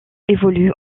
évolue